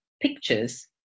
pictures